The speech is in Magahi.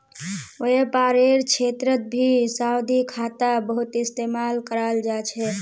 व्यापारेर क्षेत्रतभी सावधि खाता बहुत इस्तेमाल कराल जा छे